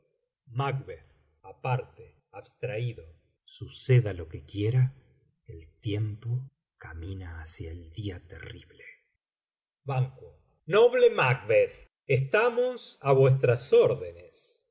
uso macb aparte abstraído succda lo quo quíera el tiempo camina hacia el día terrible ban noble macbeth estamos á vuestras